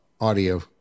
audio